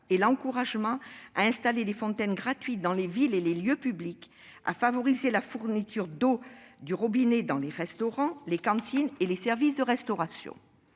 et l'encouragement à installer des fontaines gratuites dans les villes et les lieux publics, à favoriser la fourniture d'eau du robinet dans les restaurants, les cantines et les services de restauration.